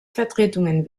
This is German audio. vertretungen